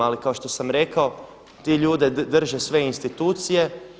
Ali kao što sam rekao, ti ljudi drže sve institucije.